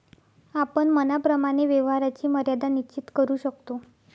आपण मनाप्रमाणे व्यवहाराची मर्यादा निश्चित करू शकतो